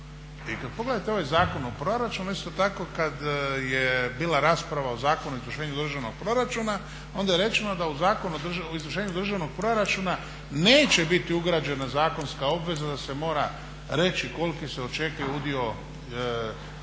i kada pogledate ovaj Zakon o proračunu isto tako kada je bila rasprava o Zakonu o izvršenju državnog proračuna onda je rečeno da u Zakonu o izvršenju državnog proračuna neće biti ugrađena zakonska obveza da se mora reći koliki se očekuje udio duga